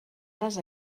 les